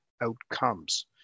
outcomes